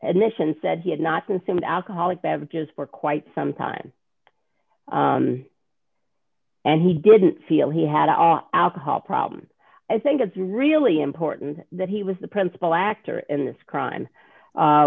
admission said he had not consumed alcoholic beverages for quite some time and he didn't feel he had all alcohol problems i think it's really important that he was the principal actor in this crime